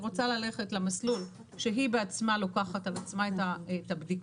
רוצה ללכת למסלול שהיא בעצמה לוקחת על עצמה את הבדיקות,